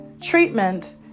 treatment